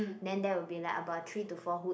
then that will be like about three to four who